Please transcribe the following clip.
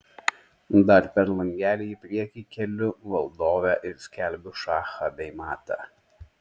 dar per langelį į priekį keliu valdovę ir skelbiu šachą bei matą